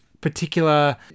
particular